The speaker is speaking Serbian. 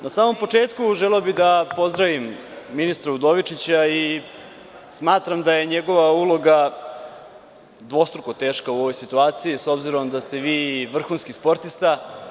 Na samom početku želeo bih da pozdravim ministra Udovičića, i smatram da je njegova uloga dvostruko teška u ovoj situaciji, s obzirom da ste vi vrhunski sportista.